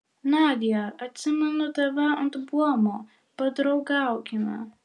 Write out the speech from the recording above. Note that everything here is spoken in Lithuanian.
nadia atsimenu tave ant buomo padraugaukime